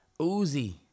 Uzi